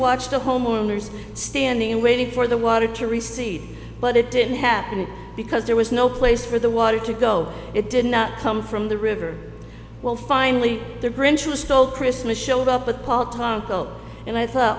watch the homeowners standing waiting for the water to recede but it didn't happen because there was no place for the water to go it did not come from the river well finally the grinch who stole christmas showed up with paul taco and i thought